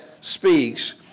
speaks